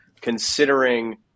considering